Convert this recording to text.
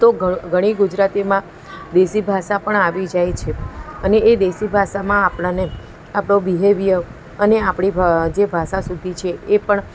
તો ઘણો ઘણી ગુજરાતીમાં દેશી ભાષા પણ આવી જાય છે અને એ દેશી ભાષામાં આપણને આપણો બિહેવીઅર અને આપણી ભા જે ભાષાશુદ્ધી છે એ પણ